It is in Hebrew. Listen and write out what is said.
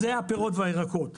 זה הפירות והירקות.